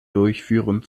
durchführen